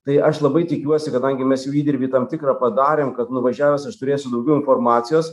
tai aš labai tikiuosi kadangi mes jau įdirbį tam tikrą padarėm kad nuvažiavęs aš turėsiu daugiau informacijos